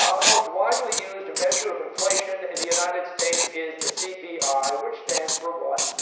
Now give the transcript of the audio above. um the most widely used measure of inflation in the united states is the cpi, which stands for what?